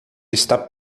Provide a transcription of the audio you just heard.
está